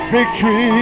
Victory